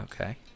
okay